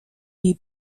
die